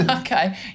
Okay